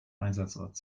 einsatzort